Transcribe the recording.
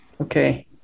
Okay